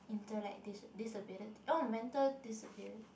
intellect dis~ disability oh mental disability